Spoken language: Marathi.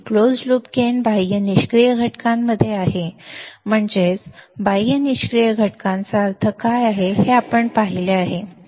क्लोज्ड लूप गेन बाह्य निष्क्रिय घटकांमध्ये आहे म्हणजेच बाह्य निष्क्रिय घटकांचा अर्थ काय आहे हे आपण पाहिले आहे